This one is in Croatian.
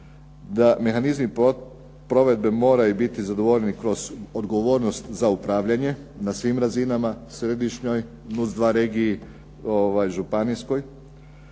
da mehanizmi provedbe moraju biti zadovoljeni kroz odgovornost za upravljanje na svim razinama, središnjoj, regiji županijskoj,